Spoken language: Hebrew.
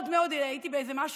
הייתי באיזה משהו,